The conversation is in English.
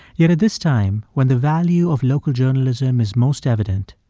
yet at this time, when the value of local journalism is most evident,